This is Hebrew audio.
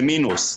זה מינוס,